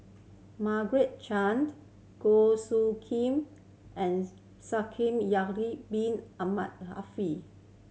Margaret Chan Goh Soo Khim and Bin Ahmed